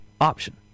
option